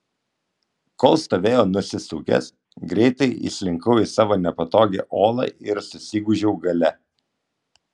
kol stovėjo nusisukęs greitai įslinkau į savo nepatogią olą ir susigūžiau gale